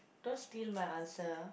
don't steal my answer ah